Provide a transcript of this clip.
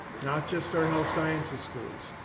not just our health sciences schools,